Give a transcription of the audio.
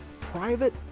private